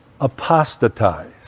apostatize